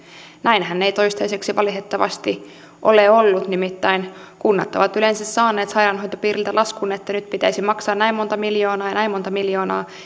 näinhän ei toistaiseksi valitettavasti ole ollut nimittäin kunnat ovat yleensä saaneet sairaanhoitopiiriltä laskun että nyt pitäisi maksaa näin monta miljoonaa ja näin monta miljoonaa